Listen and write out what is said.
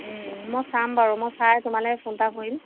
মই চাম বাৰু মই চাই তোমালৈ ফোন এটা কৰিম